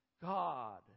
God